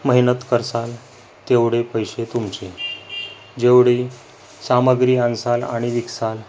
मेहनत करसाल तेवढे पैसे तुमचे जेवढी सामग्री आणसाल आणि विकसाल